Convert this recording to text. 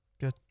Good